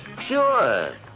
Sure